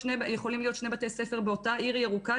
להיות שני בתי ספר באותה עיר ירוקה,